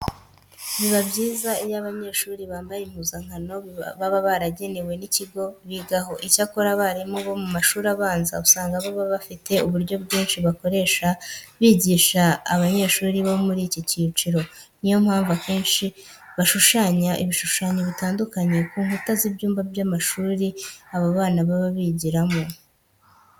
Biba byiza iyo abanyeshuri bambaye impuzankano baba baragenewe n'ikigo bigaho. Icyakora abarimu bo mu mashuri abanza usanga baba bafite uburyo bwinshi bakoresha bigisha abanyeshuri bo muri iki cyiciro. Niyo mpamvu akenshi bashushanya ibishushanyo bitandukanye ku nkuta z'ibyumba by'amashuri aba bana baba bigiramo.